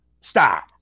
stop